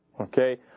Okay